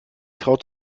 traut